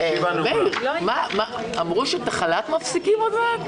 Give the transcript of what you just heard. רבה, הישיבה נעולה.